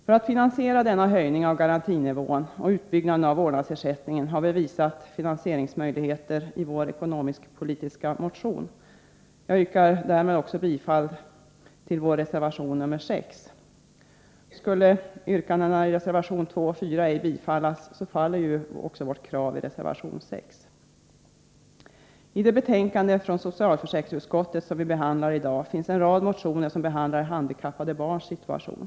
För att finansiera denna höjning av garantinivån och utbyggnaden av vårdnadsersättningen har vi visat på möjligheter i vår ekonomisk-politiska motion. Jag yrkar därmed också bifall till vår reservation nr 6. Skulle yrkandena i reservationerna 2 och 4 ej bifallas, faller också våra krav i reservation 6. I det betänkande från socialförsäkringsutskottet som vi behandlar i dag finns en rad motioner som rör handikappade barns situation.